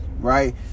right